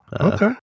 Okay